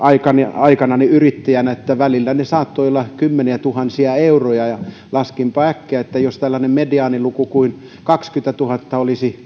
aikanani yrittäjänä välillä ne saattoivat olla kymmeniätuhansia euroja ja laskinpa äkkiä että jos tällainen mediaaniluku kuin kaksikymmentätuhatta olisi